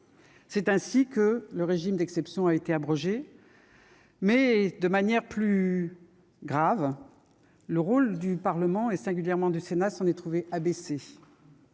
C'est ainsi que le régime d'exception a été abrogé. Toutefois, de manière inquiétante, le rôle du Parlement, et singulièrement du Sénat, s'en est trouvé dévalorisé.